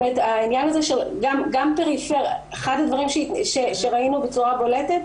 אחד הדברים שראינו בצורה בולטת,